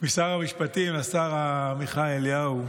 משר המשפטים לשר עמיחי אליהו"